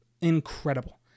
incredible